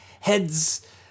heads